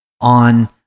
on